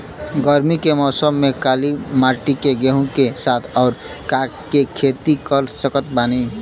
गरमी के मौसम में काली माटी में गेहूँ के साथ और का के खेती कर सकत बानी?